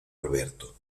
alberto